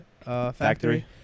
factory